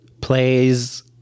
plays